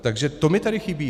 Takže to mi tady chybí.